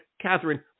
Catherine